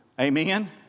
Amen